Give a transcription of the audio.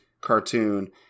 cartoon